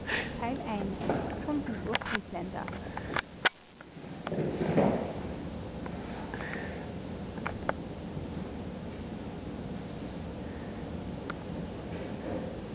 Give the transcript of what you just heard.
von hugo friedländer